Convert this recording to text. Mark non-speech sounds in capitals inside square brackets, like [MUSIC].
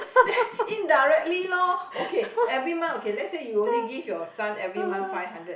[BREATH] indirectly lor okay every month okay lets say you only give your son every month five hundred